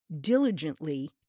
diligently